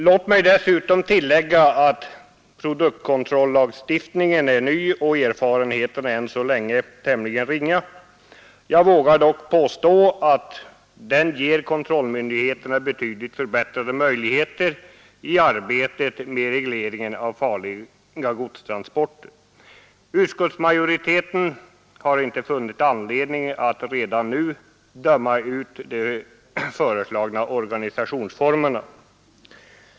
Låt mig dessutom tillägga att produktkontrollagstiftningen är ny och erfarenheten av den än så länge tämligen ringa. Jag vågar dock påstå att den ger kontrollmyndigheterna betydligt förbättrade möjligheter i arbetet med regleringen av farliga godstransporter. Utskottsmajoriteten har inte funnit anledning att redan nu döma ut de föreslagna organisationsformerna.